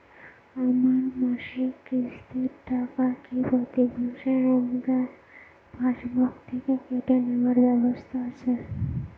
আমার মাসিক কিস্তির টাকা কি প্রতিমাসে আমার পাসবুক থেকে কেটে নেবার ব্যবস্থা আছে?